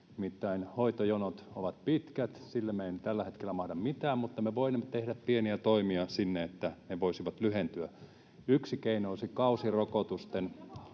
hoitojonot ovat pitkät, sille me emme tällä hetkellä mahda mitään, mutta me voimme tehdä sinne pieniä toimia, että ne voisivat lyhentyä. [Krista Kiuru: